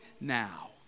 now